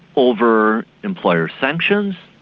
over employer sanctions,